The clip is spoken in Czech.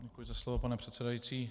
Děkuji za slovo, pane předsedající.